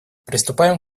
приступаем